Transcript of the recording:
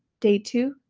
day two,